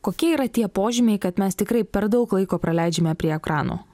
kokie yra tie požymiai kad mes tikrai per daug laiko praleidžiame prie ekrano